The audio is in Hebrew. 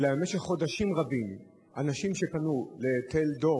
אלא במשך חודשים רבים אנשים שפנו ל"טלדור",